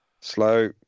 Slow